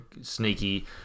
sneaky